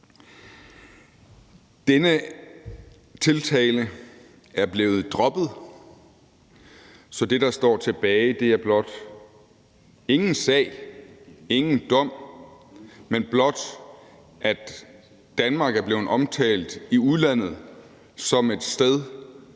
Denne tiltale er blevet droppet, så det, der står tilbage, er blot: Der er ingen sag, ingen dom, men blot at Danmark er blevet omtalt i udlandet som et sted,